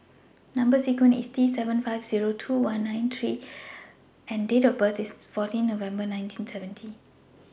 Number sequence IS T seven five two nine one three G and Date of birth IS fourteen November nineteen seventy